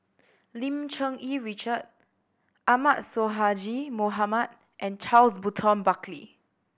Lim Cherng Yih Richard Ahmad Sonhadji Mohamad and Charles Burton Buckley